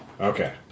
Okay